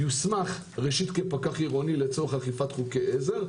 הפקח יוסמך ראשית כפקח עירוני לצורך אכיפת חוקי עזר,